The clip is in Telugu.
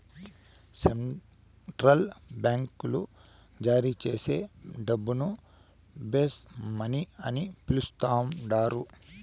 సెంట్రల్ బాంకీలు జారీచేసే డబ్బును బేస్ మనీ అని పిలస్తండారు